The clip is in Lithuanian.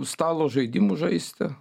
stalo žaidimus žaisti